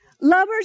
Lovers